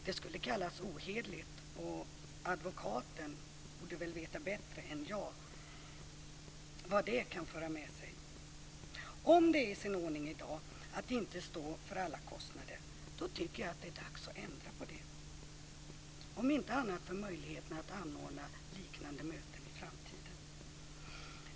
Det skulle kallas ohederligt, och advokaten borde väl veta bättre än jag vad det kan föra med sig. Om det i dag är i sin ordning att inte stå för alla kostnader tycker jag att det är dags att ändra på det, om inte annat för möjligheterna att anordna liknande möten i framtiden.